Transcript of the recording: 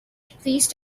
please